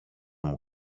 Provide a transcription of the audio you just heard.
μου